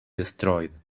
destroyed